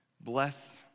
bless